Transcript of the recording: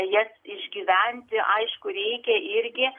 jas išgyventi aišku reikia irgi